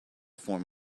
form